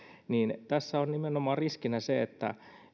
tässä on nimenomaan riskinä se että